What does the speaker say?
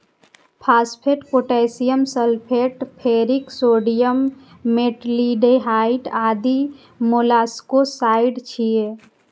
phosphate, potassium sulphate, ferric sodium, metaldehyde आदि molluscicides छियै